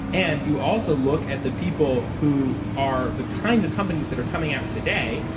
and you also look at the people who are the kinds of companies that are coming out today,